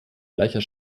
gleicher